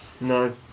No